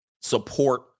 support